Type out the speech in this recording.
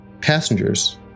passengers